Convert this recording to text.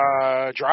Drive